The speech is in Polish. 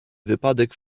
wypadek